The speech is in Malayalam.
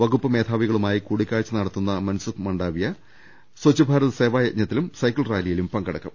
വകുപ്പ് മേധാവികളുമായി കൂടിക്കാഴ്ച നടത്തുന്ന മൻസൂഖ്മൻഡാവിയ സ്വഛ് ഭാരത് സേവായജ്ഞത്തിലും സൈക്കിൾ റാലിയിലും പങ്കെടുക്കും